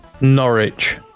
Norwich